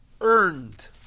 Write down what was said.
earned